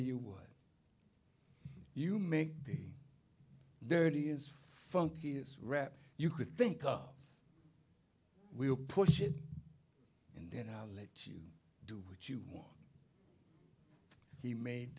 you what you make there really is funky is rep you could think of we'll push it in there i'll let you do what you want he made